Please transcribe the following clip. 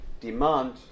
demand